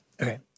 okay